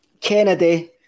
Kennedy